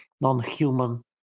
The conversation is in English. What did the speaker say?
Non-human